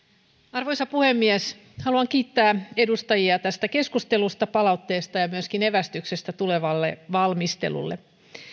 arvoisa puhemies haluan kiittää edustajia tästä keskustelusta palautteesta ja myöskin evästyksestä tulevalle valmistelulle